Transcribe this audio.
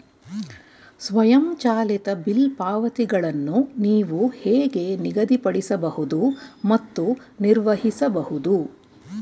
ಸ್ವಯಂಚಾಲಿತ ಬಿಲ್ ಪಾವತಿಗಳನ್ನು ನೀವು ಹೇಗೆ ನಿಗದಿಪಡಿಸಬಹುದು ಮತ್ತು ನಿರ್ವಹಿಸಬಹುದು?